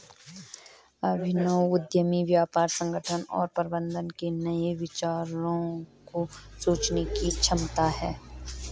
अभिनव उद्यमी व्यापार संगठन और प्रबंधन के नए विचारों को सोचने की क्षमता है